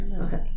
Okay